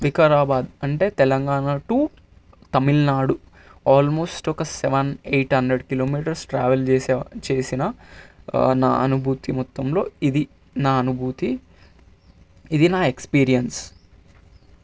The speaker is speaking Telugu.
వికారాబాద్ అంటే తెలంగాణ టు తమిళనాడు ఆల్మోస్ట్ ఒక seven eight hundred kilometres travels చే చేసిన నా అనుభూతి మొత్తంలో ఇది నా అనుభూతి ఇది నా ఎక్స్పీరియన్స్